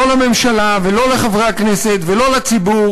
לא לממשלה ולא לחברי הכנסת ולא לציבור,